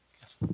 Yes